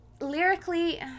Lyrically